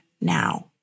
now